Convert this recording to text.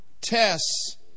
tests